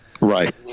Right